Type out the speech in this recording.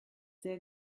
sehr